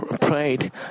prayed